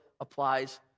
applies